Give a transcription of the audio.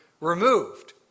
removed